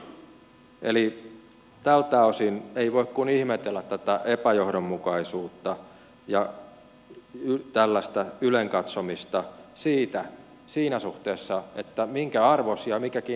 eli tältä osin ei voi kuin ihmetellä tätä epäjohdonmukaisuutta ja ylenkatsomista siinä suhteessa minkä arvoinen mikäkin identiteetti sitten on